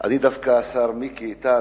השר מיקי איתן,